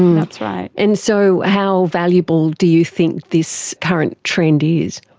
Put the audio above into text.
that's right. and so how valuable do you think this current trend is?